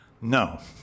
No